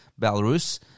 Belarus